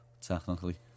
technically